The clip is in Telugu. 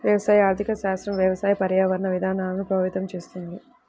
వ్యవసాయ ఆర్థిక శాస్త్రం వ్యవసాయ, పర్యావరణ విధానాలను ప్రభావితం చేస్తుంది